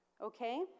Okay